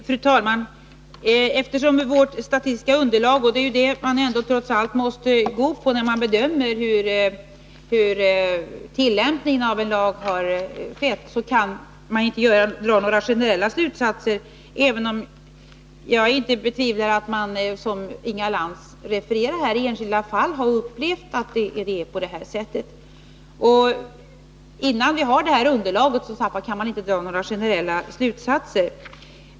Fru talman! Utifrån vårt statistiska underlag — och det är ju det man trots allt måste gå på när man bedömer hur tillämpningen av en lag har skett — kan man inte dra några generella slutsatser. Jag betvivlar dock inte att man, som Inga Lantz refererar här, i enskilda fall har upplevt att det är på det här sättet. När vi inte har underlaget går det som sagt inte att dra några generella slutsatser.